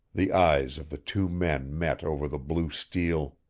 the eyes of the two men met over the blue steel.